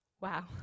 Wow